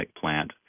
plant